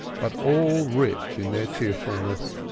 but all rich in their cheerfulness,